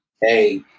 Hey